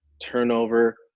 turnover